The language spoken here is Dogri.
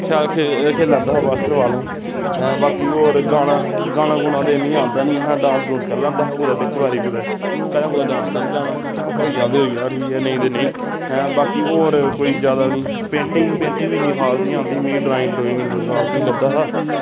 शैल खे खेली लैंदा हा बास्केटबाल अ'ऊं हैं बाकी होर गाना गाना गूना ते मी औंदा निं हा डांस डूंस करी लैंदा हा कुतै बिच्च बारी कुतै कदें कुतै डांस करी लैना होई गेआ ते होई गेआ ठीक ऐ नेईं ते नेईं हैं बाकी होर कोई जैदा निं पेंटिंग पेंटिंग बी इ'न्नी खास निं औंदी ही मी ड्राइंग डरुइंग इ'न्नी खास निं करदा हा